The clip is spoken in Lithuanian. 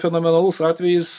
fenomenalus atvejis